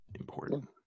important